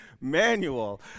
manual